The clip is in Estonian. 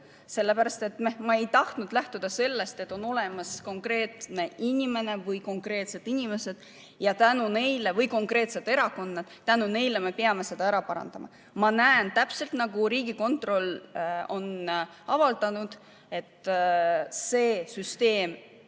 üsna loogiline. Ma ei tahtnud lähtuda sellest, et on olemas konkreetne inimene või konkreetsed inimesed või konkreetsed erakonnad, tänu kellele me peame selle ära parandama. Ma näen, täpselt nagu Riigikontroll on avaldanud, et see süsteem,